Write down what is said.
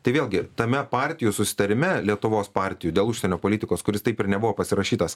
tai vėlgi tame partijų susitarime lietuvos partijų dėl užsienio politikos kuris taip ir nebuvo pasirašytas